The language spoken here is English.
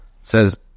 says